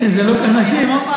זה לא כל כך מתאים.